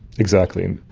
exactly.